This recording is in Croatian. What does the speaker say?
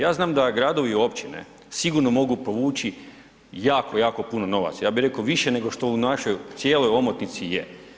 Ja znam da gradovi i općine sigurno mogu povući jako, jako puno novca, ja bih rekao više nego što u našoj cijelo omotnici je.